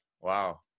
Wow